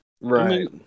Right